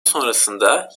sonrasında